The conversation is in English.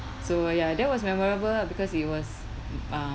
so ya that was memorable because it was uh